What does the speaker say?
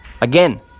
again